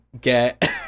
get